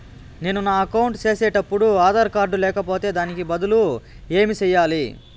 నేను నా అకౌంట్ సేసేటప్పుడు ఆధార్ కార్డు లేకపోతే దానికి బదులు ఏమి సెయ్యాలి?